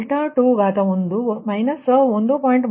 3 degree ಮತ್ತು ∆3ಯು 0